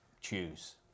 choose